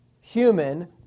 human